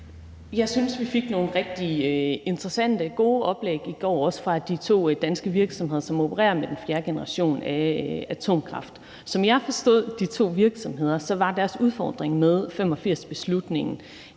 Jeg synes, vi fik nogle rigtig interessante, gode oplæg i går, også fra de to danske virksomheder, som opererer med den fjerde generation af atomkraft. Som jeg forstod de to virksomheder, var deres udfordring med 1985-beslutningen